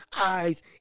eyes